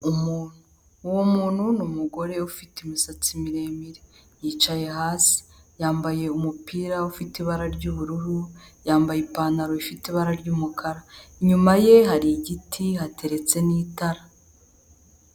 Umuntu, uwo muntu ni umugore ufite imisatsi miremire yicaye hasi, yambaye umupira ufite ibara ry'ubururu, yambaye ipantaro ifite ibara ry'umukara, inyuma ye hari igiti hateretse n'itara.